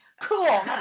Cool